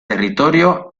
territorio